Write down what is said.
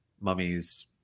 mummies